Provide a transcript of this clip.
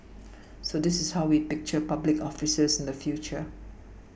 so this is how we picture public officers in the future